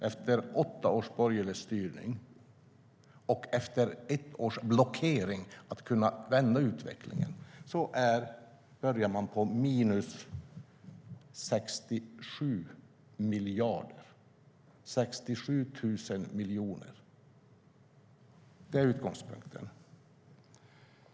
Efter åtta års borgerlig styrning och efter ett års blockering för att kunna vända utvecklingen börjar man på minus 67 miljarder, det vill säga 67 000 miljoner. Det är utgångspunkten.